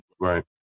Right